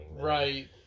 Right